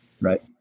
Right